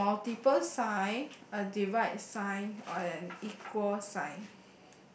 a multiple sign a divide sign or an equal sign